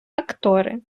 актори